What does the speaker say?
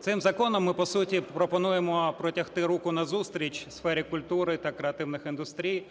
Цим законом ми, по суті, пропонуємо протягти руку назустріч сфері культури та креативних індустрій,